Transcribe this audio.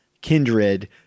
Kindred